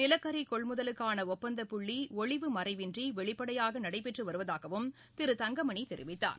நிலக்கரி கொள்முதலுக்கான ஒப்பந்தப்புள்ளி ஒளிவு மறைவின்றி வெளிப்படையாக நடைபெற்று வருவதாகவும் திரு தங்கமணி தெரிவித்தார்